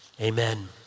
Amen